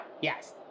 yes